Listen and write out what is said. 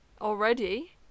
already